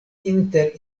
inter